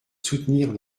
soutenir